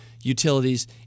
utilities